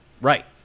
Right